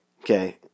Okay